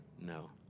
No